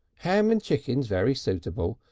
ham and chicken's very suitable.